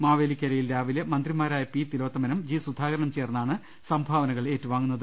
മാവേലിക്കരയിൽ രാവിലെ മന്ത്രിമാരായ പി തിലോത്തമനും ജി സുധാകരനും ചേർന്നാണ് സംഭാവനകൾ ഏറ്റുവാങ്ങുന്നത്